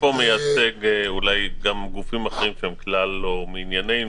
אני מייצג גופים אחרים שהם כלל לא מענייננו.